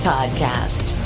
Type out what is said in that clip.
Podcast